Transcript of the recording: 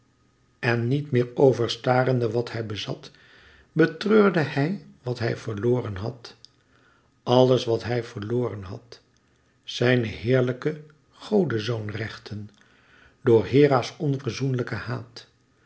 en niet meer overstarende wat hij bezat betreurde hij wat hij verloren had àlles wat hij verloren had zijne heerlijke godezoonrechten door hera's onverzoenlijken haat